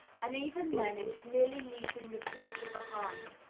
and even then it is merely leaving the torture behind,